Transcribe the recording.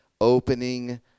opening